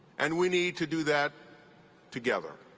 and we need to do that together.